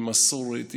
עם מסורת,